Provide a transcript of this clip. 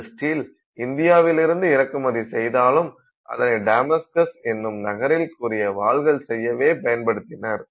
இந்த ஸ்டீல் இந்தியாவிலிருந்து இறக்குமதி செய்தாலும் அதனை தமாஸ்கஸ் என்னும் நகரில் கூறிய வாள்கள் செய்யவே பயன்படுத்தினர்